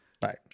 Bye